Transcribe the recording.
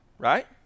right